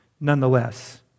nonetheless